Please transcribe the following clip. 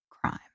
crime